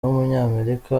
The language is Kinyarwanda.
w’umunyamerika